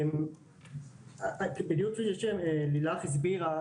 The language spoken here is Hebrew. בדיוק כפי שלילך הסבירה,